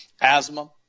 asthma